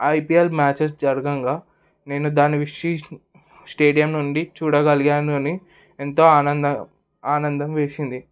IPL matches జరగంగా నేను దాన్ని స్టేడియం నుండి చూడగలిగాను అని ఎంతో ఆనందం ఆనందం వేసింది